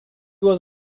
was